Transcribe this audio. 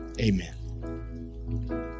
amen